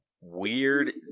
weird